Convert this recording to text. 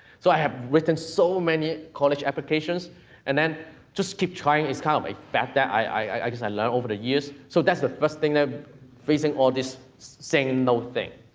so, i have written so many college applications and then just keep trying, it's kind of a factor, i just learn over the years. so, that's the first thing, the freezing all this, saying no thing.